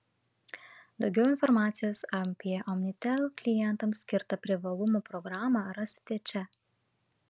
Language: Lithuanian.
daugiau informacijos apie omnitel klientams skirtą privalumų programą rasite čia